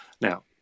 Now